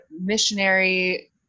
missionary